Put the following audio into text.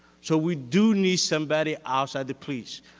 so we do need somebody outside the police.